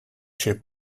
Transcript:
she